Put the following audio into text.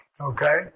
okay